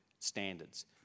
standards